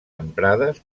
emprades